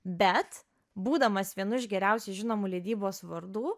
bet būdamas vienu iš geriausiai žinomų leidybos vardų